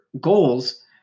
goals